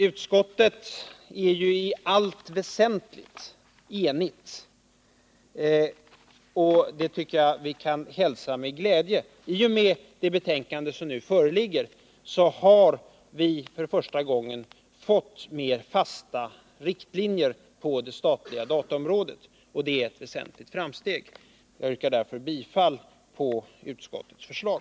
Utskottet är i allt väsentligt enigt, och det tycker jag att vi skall hälsa med glädje. I och med det betänkande som nu föreligger har vi för första gången fått mer fasta riktlinjer på det statliga dataområdet, och det är ett väsentligt framsteg. Jag yrkar därför bifall till utskottets förslag.